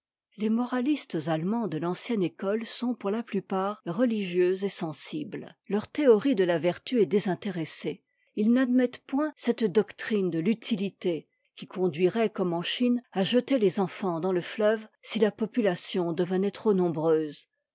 les moralistes allemands de l'ancienne école sont pour la plupart religieux et sensibles leur théorie de la vertu est désintéressée ils n'admettent point cette doctrine de uti ité qui conduirait comme en chine à jeter les enfants dans le fleuve si la population devenait trop nombreuse